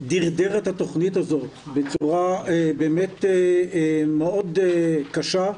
דירדר את התכנית הזאת בצורה באמת מאוד קשה,